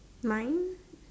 mine